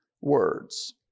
words